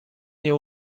nie